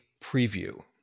preview